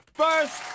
first